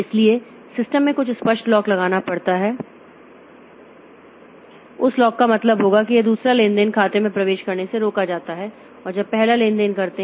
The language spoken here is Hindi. इसलिए सिस्टम में कुछ स्पष्ट लॉक लगाना पड़ता है और उस लॉक का मतलब होगा कि यह दूसरा लेन देन खाते में प्रवेश करने से रोका जाता है जब पहले लेनदेन करते हैं